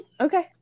Okay